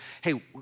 Hey